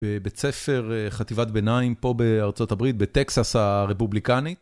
בבית ספר חטיבת ביניים, פה בארה״ב, בטקסס הרפובליקנית.